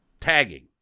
tagging